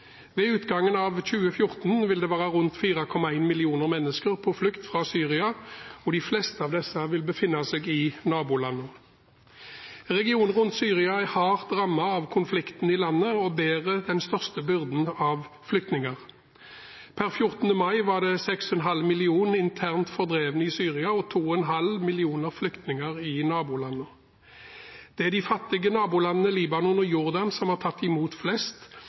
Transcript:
Ved utgangen av 2014 vil det være rundt 4,1 millioner mennesker på flukt fra Syria, og de fleste av disse vil befinne seg i nabolandene. Regionen rundt Syria er hardt rammet av konflikten i landet og bærer den største byrden av flyktninger. Per 14. mai var det 6,5 millioner internt fordrevne i Syria og 2,5 millioner flyktninger i nabolandene. Det er de fattige nabolandene Libanon og Jordan som har tatt imot flest